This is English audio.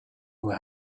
who